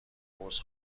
عذر